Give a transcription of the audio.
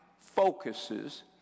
focuses